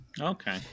Okay